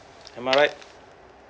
am I right